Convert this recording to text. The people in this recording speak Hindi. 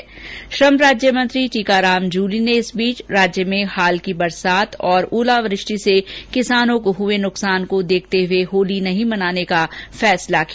वहीं श्रम राज्य मंत्री टीकाराम जूली ने राज्य में हाल की बरसात और ओलावृष्टि से किसानों को हुए नुकसान को देखते हुए होली नहीं मनाने का फैसला किया